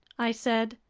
i said.